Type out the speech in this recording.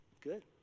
Good